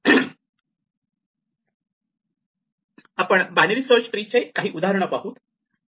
आपण binary search tree चे काही उदाहरण पाहू